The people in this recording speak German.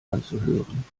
anzuhören